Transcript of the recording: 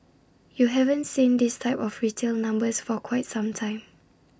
you haven't seen this type of retail numbers for quite some time